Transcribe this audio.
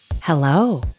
Hello